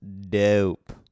dope